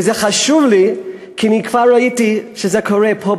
וזה חשוב לי כי אני כבר ראיתי שזה קורה פה,